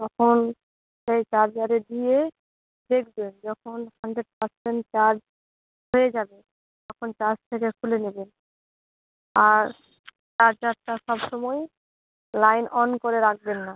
তখন সেই চার্জারে দিয়ে দেখবেন যখন হানড্রেড পার্সেন্ট চার্জ হয়ে যাবে তখন চার্জ থেকে খুলে নেবেন আর চার্জারটা সব সময় লাইন অন করে রাখবেন না